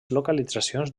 localitzacions